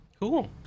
Cool